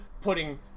putting